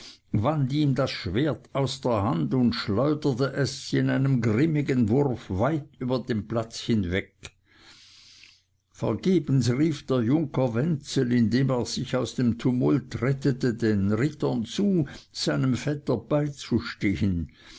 wand ihm das schwert aus der hand und schleuderte es in einem grimmigen wurf weit über den platz hinweg vergebens rief der junker wenzel indem er sich aus dem tumult rettete den rittern zu seinem vetter beizuspringen